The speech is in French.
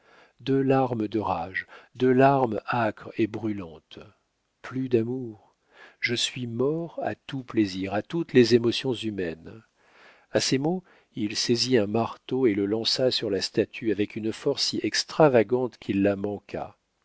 deux larmes de rage deux larmes âcres et brûlantes plus d'amour je suis mort à tout plaisir à toutes les émotions humaines a ces mots il saisit un marteau et le lança sur la statue avec une force si extravagante qu'il